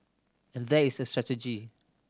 and there is a strategy